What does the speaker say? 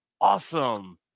awesome